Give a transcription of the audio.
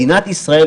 מדינת ישראל,